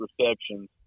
receptions